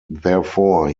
therefore